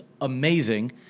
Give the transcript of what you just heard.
amazing